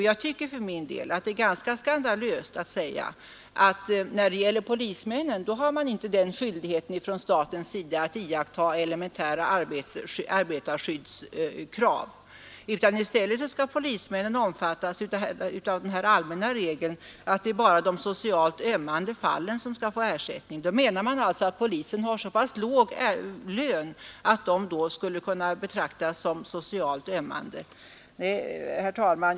Jag tycker för min del att det är ganska skandalöst att säga att staten inte har skyldighet att iakttaga elementära arbetsskyddsbestämmelser när det gäller polismän, utan att polismännen i stället skall omfattas av den allmänna regeln att det bara är de socialt ömmande fallen som skall få ersättning. Man menar alltså att poliserna har så pass låg lön att de skulle kunna betraktas som socialt ömmande fall! Herr talman!